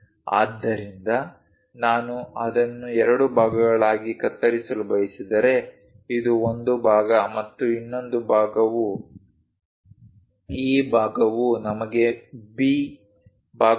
ಆದ್ದರಿಂದ ನಾನು ಅದನ್ನು ಎರಡು ಭಾಗಗಳಾಗಿ ಕತ್ತರಿಸಲು ಬಯಸಿದರೆ ಇದು ಒಂದು ಭಾಗ ಮತ್ತು ಇನ್ನೊಂದು ಭಾಗವು ಈ ಭಾಗವು ನಮಗೆ B ಭಾಗ ಎಂದು ಕರೆಯೋಣ ಮುಂಭಾಗವು A